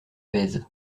pèse